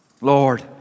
Lord